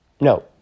no